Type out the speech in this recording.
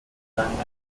lang